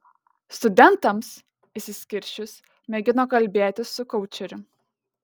studentams išsiskirsčius mėgino kalbėtis su koučeriu